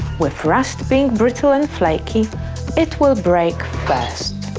with rust being brittle and flakey it will break first.